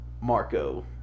Marco